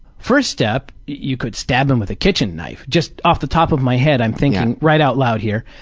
first step you could stab him with a kitchen knife. just off the top of my head i'm thinking right out loud here.